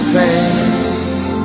face